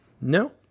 No